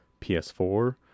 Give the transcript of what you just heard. PS4